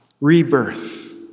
Rebirth